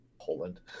poland